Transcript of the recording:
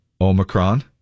Omicron